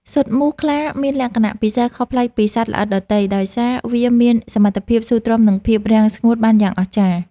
ស៊ុតមូសខ្លាមានលក្ខណៈពិសេសខុសប្លែកពីសត្វល្អិតដទៃ ដោយសារវាមានសមត្ថភាពស៊ូទ្រាំនឹងភាពរាំងស្ងួតបានយ៉ាងអស្ចារ្យ។